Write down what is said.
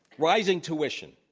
rising tuition.